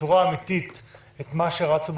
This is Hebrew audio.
בצורה אמיתית את מה שרצו בבחירות.